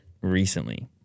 Recently